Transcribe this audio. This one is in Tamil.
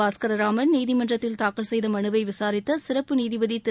பாஸ்கரராமன் நீதிமன்றத்தில் தாக்கல் செய்த மனுவை விளரித்த சிறப்பு நீதிபதி திரு